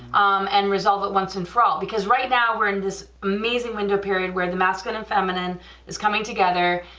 and resolve it once and for all, because right now we're in this amazing window window period, where the masculine and feminine is coming together,